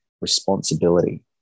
responsibility